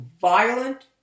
violent